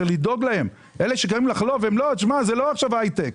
זה לא הייטק,